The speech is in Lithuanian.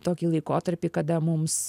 tokį laikotarpį kada mums